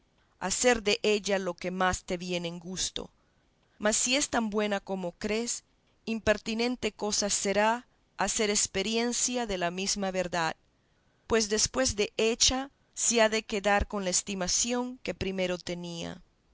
hacer della lo que más te viniere en gusto mas si es tan buena como crees impertinente cosa será hacer experiencia de la mesma verdad pues después de hecha se ha de quedar con la estimación que primero tenía